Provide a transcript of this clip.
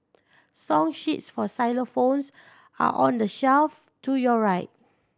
song sheets for xylophones are on the shelf to your right